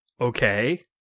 Okay